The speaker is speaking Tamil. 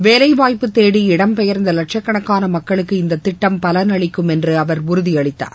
வேலைவாய்ப்பு தேடி இடம் பெயர்ந்த லட்சக்கணக்கான மக்களுக்கு இந்த திட்டம் பலனளிக்கும் என்று அவர் உறுதியளித்தார்